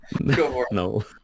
No